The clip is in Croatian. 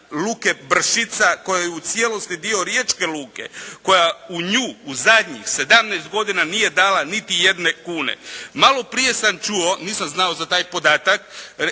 luke Bršica koja je u cijelosti dio Riječke luke, koja u nju u zadnjih sedamnaest godina nije dala niti jedne kune. Malo prije sam čuo, nisam znao za taj podatak,